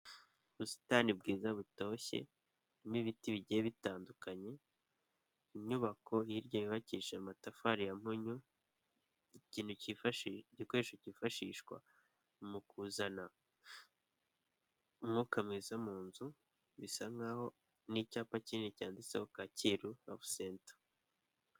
Ubusitani bwiza butoshye n'ibiti bigiye bitandukanye, inyubako hirya yubakisha amatafari ya mpunyu, igikoresho cyifashishwa mu kuzana umwuka mwiza mu nzu, bisa nkaho n'icyapa kinini cyanditseho Kacyiru rabu senta.